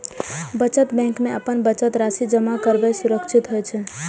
बचत बैंक मे अपन बचत राशि जमा करब सुरक्षित होइ छै